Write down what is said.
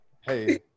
hey